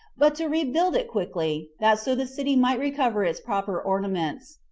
but to rebuild it quickly, that so the city might recover its proper ornaments.